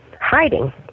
hiding